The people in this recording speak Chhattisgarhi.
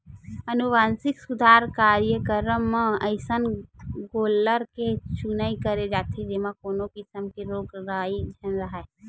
अनुवांसिक सुधार कार्यकरम म अइसन गोल्लर के चुनई करे जाथे जेमा कोनो किसम के रोग राई झन राहय